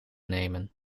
nemen